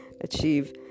achieve